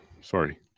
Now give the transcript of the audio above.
sorry